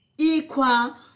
Equal